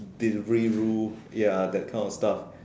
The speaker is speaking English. delivery ya that kind of stuff